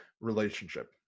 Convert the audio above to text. relationship